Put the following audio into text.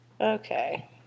okay